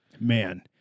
Man